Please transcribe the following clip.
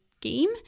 game